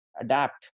adapt